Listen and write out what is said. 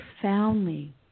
profoundly